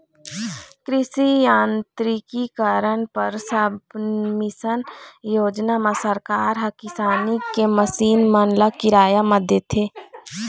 कृषि यांत्रिकीकरन पर सबमिसन योजना म सरकार ह किसानी के मसीन मन ल किराया म देथे